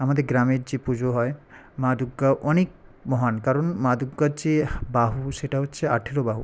আমাদের গ্রামের যে পুজো হয় মা দূর্গা অনেক মহান কারণ মা দূর্গার যে বাহু সেটা হচ্ছে আঠেরো বাহু